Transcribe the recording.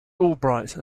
albright